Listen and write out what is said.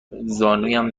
زانویم